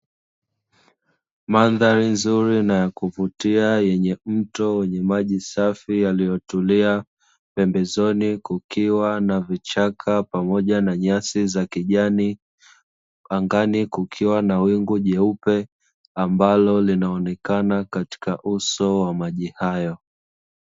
Mandhari nzuri na ya kuvutia yenye mto wenye maji safi yaliyotulia, pembezoni kukiwa na vichaka pamoja na nyasi za kijani, angani kukiwa na wingu jeupe, ambalo linaonekana katika uso wa maji hayo.